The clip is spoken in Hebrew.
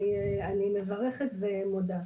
אני מברכת ומודה.